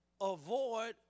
avoid